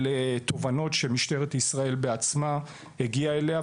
אלו תובנות שמשטרת ישראל הגיעה אליהן בעצמה,